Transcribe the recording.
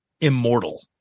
immortal